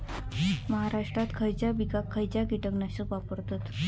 महाराष्ट्रात खयच्या पिकाक खयचा कीटकनाशक वापरतत?